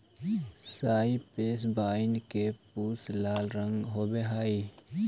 cypress vine के पुष्प लाल रंग के होवअ हई